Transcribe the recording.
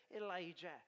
elijah